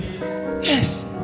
Yes